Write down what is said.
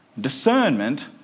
Discernment